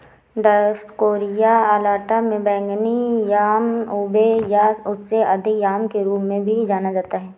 Dioscorea alata को बैंगनी yam ube या उससे अधिक याम के रूप में भी जाना जाता है